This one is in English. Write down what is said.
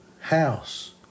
house